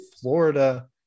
Florida